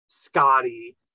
scotty